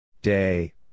Day